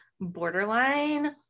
Borderline